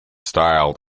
styled